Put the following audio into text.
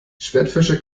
schwertfische